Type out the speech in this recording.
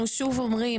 אנחנו שוב אומרים,